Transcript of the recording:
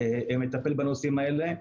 מטפל בנושאים האלה.